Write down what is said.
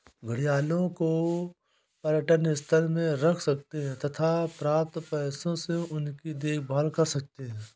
घड़ियालों को पर्यटन स्थल में रख सकते हैं तथा प्राप्त पैसों से उनकी देखभाल कर सकते है